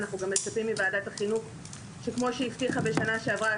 ואנחנו גם מצפים מוועדת החינוך שכמו שהיא הבטיחה בשנה שעברה,